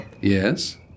Yes